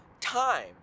time